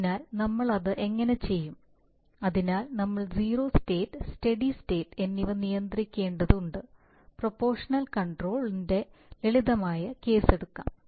അതിനാൽ നമ്മൾ അത് എങ്ങനെ ചെയ്യും അതിനാൽ നമ്മൾ സീറോ സ്റ്റേറ്റ് സ്റ്റെഡി സ്റ്റേറ്റ് എന്നിവ നിയന്ത്രിക്കേണ്ടതുണ്ട് പ്രൊപോഷണൽ കൺട്രോൾ ഇൻറെ ലളിതമായ കേസ് എടുക്കാം